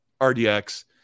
RDX